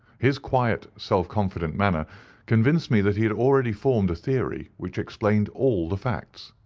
his quiet self-confident manner convinced me that he had already formed a theory which explained all the facts,